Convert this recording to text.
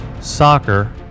soccer